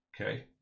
Okay